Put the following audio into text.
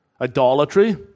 idolatry